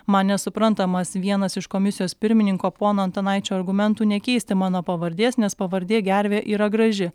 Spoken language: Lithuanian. man nesuprantamas vienas iš komisijos pirmininko pono antanaičio argumentų nekeisti mano pavardės nes pavardė gervė yra graži